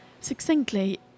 succinctly